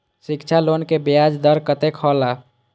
शिक्षा लोन के ब्याज दर कतेक हौला?